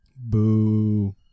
Boo